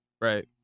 Right